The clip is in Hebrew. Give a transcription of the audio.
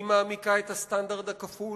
היא מעמיקה את הסטנדרט הכפול,